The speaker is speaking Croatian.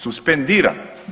Suspendiran!